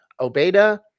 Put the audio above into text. Obeda